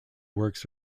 works